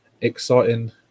exciting